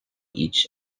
each